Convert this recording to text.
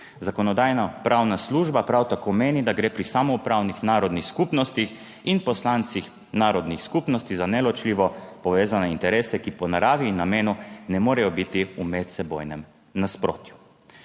Zakonodajno-pravna služba prav tako meni, da gre pri samoupravnih narodnih skupnostih in poslancih narodnih skupnosti za neločljivo povezane interese, ki po naravi in namenu ne morejo biti v medsebojnem nasprotju.